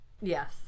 yes